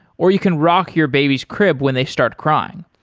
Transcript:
or you can rock your baby's crib when they start crying.